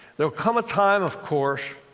there will come a time, of course,